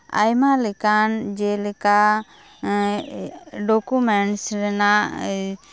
ᱟᱭᱢᱟ ᱞᱮᱠᱟᱱ ᱡᱮᱞᱮᱠᱟ ᱰᱩᱠᱩᱢᱮᱱᱴᱥ ᱨᱮᱱᱟᱜ